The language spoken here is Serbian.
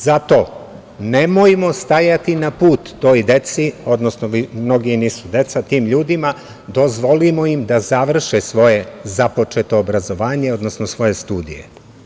Zato nemojmo stajati na put toj deci, odnosno mnogi nisu deca, tim ljudima, dozvolimo im da završe svoje započeto obrazovanje, odnosno svoje studije.